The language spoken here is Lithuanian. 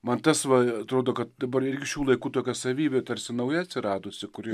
man tas va atrodo kad dabar irgi šių laikų tokia savybė tarsi nauja atsiradusi kuri